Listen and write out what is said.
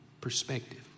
perspective